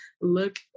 look